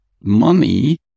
money